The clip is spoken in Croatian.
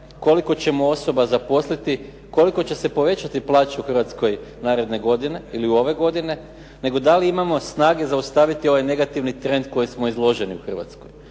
koliko ćemo osoba zaposliti, koliko će se povećati plaće u Hrvatskoj naredne godine ili ove godine, nego da li imamo snage zaustaviti ovaj negativni trend koji smo izložili u Hrvatskoj.